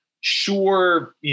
sure